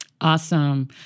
Awesome